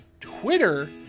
twitter